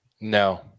No